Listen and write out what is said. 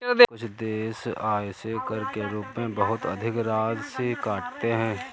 कुछ देश आय से कर के रूप में बहुत अधिक राशि काटते हैं